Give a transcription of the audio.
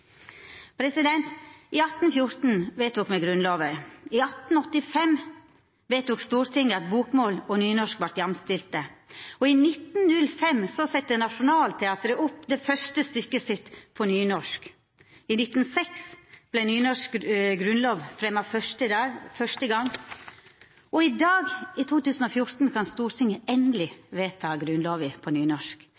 I 1814 vedtok me Grunnlova, i 1885 vedtok Stortinget at bokmål og nynorsk skulle vera jamstilte, og i 1905 sette Nationaltheatret opp det første stykket sitt på nynorsk. I 1906 vart nynorsk grunnlov fremja første gong, og i dag, i 2014, kan Stortinget endeleg